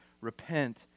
repent